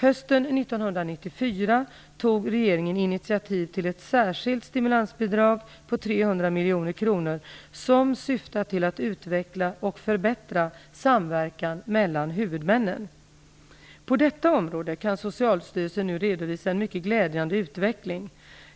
Hösten 1994 tog regeringen initiativ till ett särskilt stimulansbidrag på 300 miljoner kronor, som syftar till att utveckla och förbättra samverkan mellan huvudmännen. På detta område kan Socialstyrelsen nu redovisa en mycket glädjande utveckling.